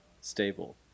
stable